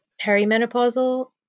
perimenopausal